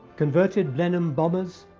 converted blenham bombers,